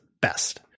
best